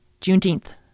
Juneteenth